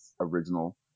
original